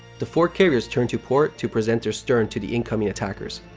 the four carriers turn to port to present their stern to the incoming attackers.